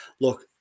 look